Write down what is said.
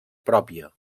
pròpia